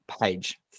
page